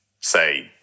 say